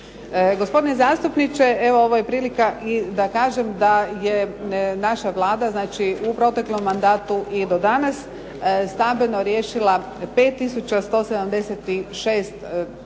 Gospodine zastupnike, evo ovo je prilika i da kažem da je naša Vlada znači u proteklom mandatu i do danas stambeno riješila 5 tisuća